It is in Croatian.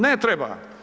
Ne treba.